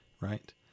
right